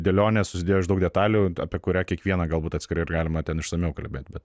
dėlionė susidėjo iš daug detalių apie kurią kiekvieną galbūt atskirai ir galima ten išsamiau kalbėt bet